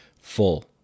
full